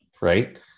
right